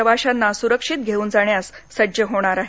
प्रवाशांना सुरक्षित घेऊन जाण्यास सज्ज होतील